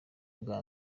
bwa